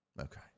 okay